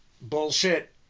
bullshit